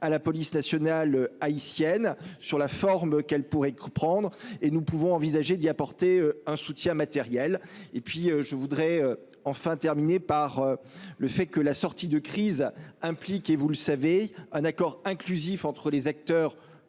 à la police nationale haïtienne sur la forme qu'elle pourrait reprendre et nous pouvons envisager d'y apporter un soutien matériel et puis je voudrais enfin terminé par le fait que la sortie de crise implique et vous le savez, un accord inclusif entre les acteurs